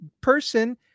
person